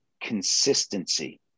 consistency